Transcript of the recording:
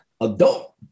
adult